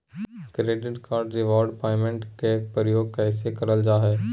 Credit card reward point के प्रयोग कैसे करल जा है?